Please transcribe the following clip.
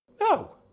No